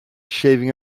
shaving